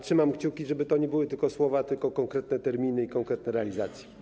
Trzymam kciuki, żeby to nie były tylko słowa, ale konkretne terminy i konkretne realizacje.